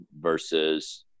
versus –